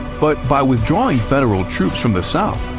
but by withdrawing federal troops from the south,